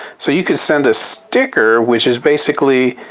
so you could send a sticker, which is basically,